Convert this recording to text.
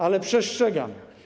Ale przestrzegam.